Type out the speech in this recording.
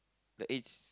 the age